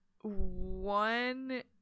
One